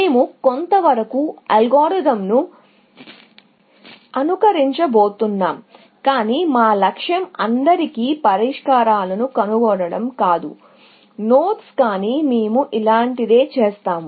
మేము కొంతవరకు ఆ అల్గోరిథంను అనుకరించబోతున్నాం కాని మా లక్ష్యం నోడ్స్ అన్నింటికీ పరిష్కారాలను కనుగొనడం కాదు మేము ఇలాంటిదే చేస్తాము